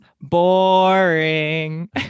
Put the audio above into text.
boring